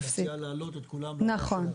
את מציעה להעלות את כולם --- נכון.